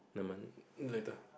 nevermind later